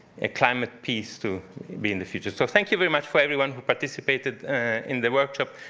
a climate peace to be in the future. so thank you very much for everyone who participated in the workshop.